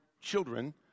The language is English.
children